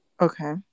Okay